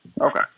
Okay